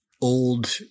old